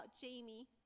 Jamie